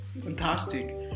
Fantastic